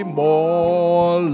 more